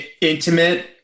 intimate